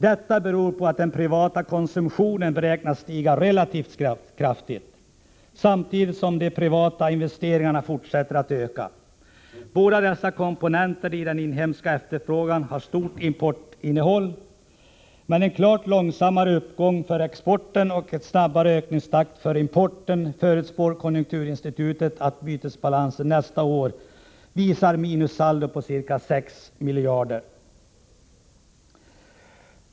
Detta beror på att den privata konsumtionen beräknas stiga relativt kraftigt, samtidigt som de privata investeringarna fortsätter att öka. Båda dessa komponenter i den inhemska efterfrågan har stort importinnehåll. Med en klart långsammare uppgång för exporten och en snabbare ökningstakt för importen förutspår konjunkturinstitutet att bytesbalansen nästa år visar minussaldo på ca 6 miljarder kronor.